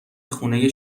خونه